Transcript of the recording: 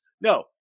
No